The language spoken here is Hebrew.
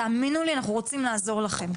תאמינו לי אנחנו רוצים לעזור לכם.